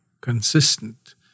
consistent